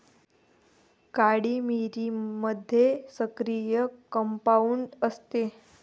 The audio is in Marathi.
काळी मिरीमध्ये सक्रिय कंपाऊंड असते